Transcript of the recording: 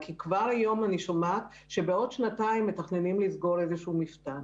כבר היום אני שומעת שבעוד שנתיים מתכננים לסגור איזה שהוא מפתן.